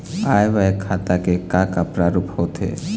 आय व्यय खाता के का का प्रारूप होथे?